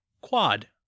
quad